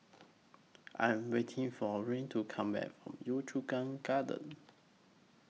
I Am waiting For Rian to Come Back from Yio Chu Kang Gardens